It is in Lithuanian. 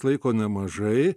laiko nemažai